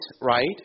right